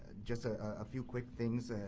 just a ah few quick things.